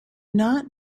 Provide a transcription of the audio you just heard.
not